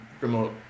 remote